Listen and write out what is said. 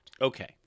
Okay